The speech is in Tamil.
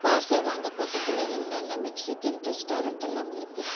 பார்சல் வாங்க பக்கத்தில் என்னென்ன மெக்சிக்கன் ரெஸ்டாரண்ட் எல்லாம் இருக்கு